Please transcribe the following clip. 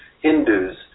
Hindus